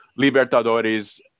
Libertadores